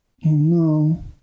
no